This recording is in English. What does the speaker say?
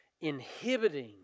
inhibiting